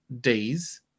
days